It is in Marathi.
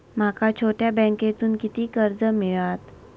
माका छोट्या बँकेतून किती कर्ज मिळात?